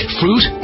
fruit